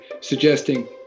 suggesting